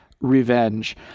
Revenge